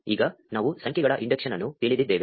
ಈಗ ನಾವು ಸಂಖ್ಯೆಗಳ ಇಂಡಕ್ಷನ್ ಅನ್ನು ತಿಳಿದಿದ್ದೇವೆ